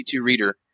reader